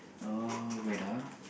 uh wait ah